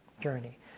journey